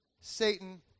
Satan